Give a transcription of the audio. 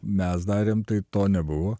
mes darėm tai to nebuvo